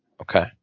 Okay